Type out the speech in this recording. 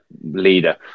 Leader